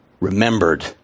remembered